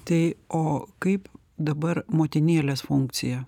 tai o kaip dabar motinėlės funkcija